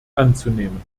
anzunehmen